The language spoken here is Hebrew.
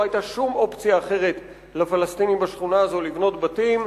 לא היתה שום אופציה אחרת לפלסטינים בשכונה הזו לבנות בתים,